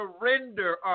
surrender